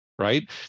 right